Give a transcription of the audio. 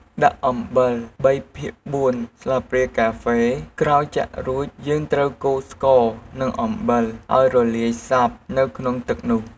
ដាក់អំបិល ៣ភាគ៤ស្លាបព្រាកាហ្វេ ក្រោយចាក់រួចយើងត្រូវកូរស្ករ និងអំបិលឱ្យរលាយសព្វនៅក្នុងទឹកនោះ។